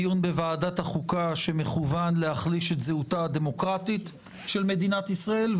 דיון בוועדת החוקה שמכוון להחליש את זהותה הדמוקרטית של מדינת ישראל.